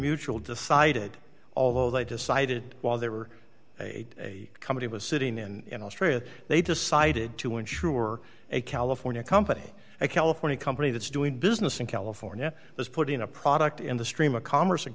mutual decided although they decided while they were a company was sitting in australia they decided to insure a california company a california company that's doing business in california is putting a product in the stream of commerce in